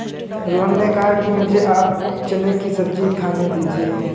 रोहन ने कहा कि मुझें आप चने की सब्जी खाने दीजिए